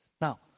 Now